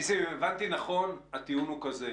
ניסים, אם הבנתי נכון הטיעון הוא כזה.